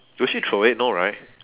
will she throw it no right